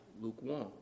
lukewarm